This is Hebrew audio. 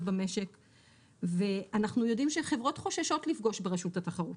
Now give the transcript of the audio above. במשק ואנחנו יודעים שחברות חוששות לפגוש ברשות התחרות.